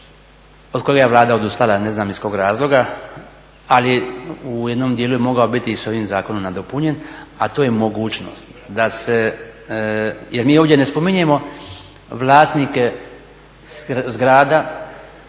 od kojega je Vlada odustala ne znam iz kojeg razloga, ali u jednom dijelu je mogao biti i s ovim zakonom nadopunjen, a to je mogućnost da se, jer mi ovdje ne spominjemo vlasnike zgrada,